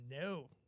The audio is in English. no